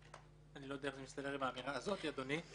אני לא יודע איך זה מסתדר עם האמירה הזאת, אדוני.